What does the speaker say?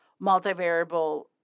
multivariable